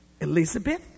Elizabeth